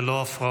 אפילו משפחה